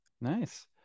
nice